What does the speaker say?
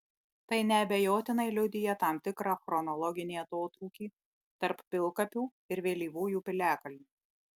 tai neabejotinai liudija tam tikrą chronologinį atotrūkį tarp pilkapių ir vėlyvųjų piliakalnių